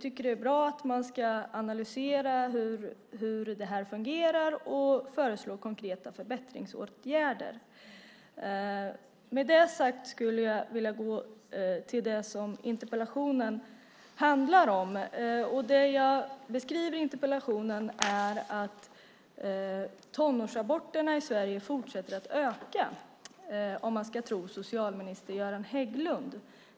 Det är bra att man ska analysera hur detta fungerar och föreslå konkreta förbättringsåtgärder. Med det sagt vill jag gå över till det interpellationen handlar om. Det jag skriver i interpellationen är att tonårsaborterna fortsätter öka om man ska tro socialminister Göran Hägglund.